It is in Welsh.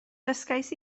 dysgais